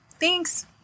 Thanks